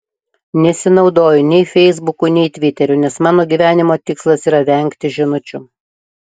nesinaudoju nei feisbuku nei tviteriu nes mano gyvenimo tikslas yra vengti žinučių